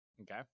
Okay